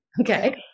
okay